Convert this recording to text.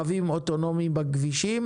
תחבורה וביטחון פנים,